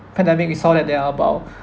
pandemic we saw that there are about